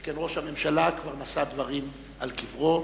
שכן ראש הממשלה כבר נשא דברים על קברו,